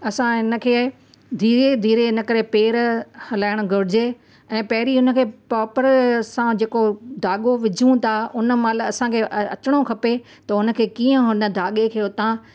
असां हिनखे धीरे धीरे इनकरे पेरु हलाइण घुरिजे ऐं पहिरीं हुनखे प्रोपर असां जेको धाॻो विझूं था हुन महिल असांखे अ अचिणो खपे त कीअं हुन धाॻे खे हुतां